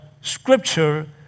scripture